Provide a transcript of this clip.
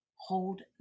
Hold